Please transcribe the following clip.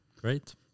Great